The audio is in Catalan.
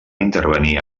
intervenir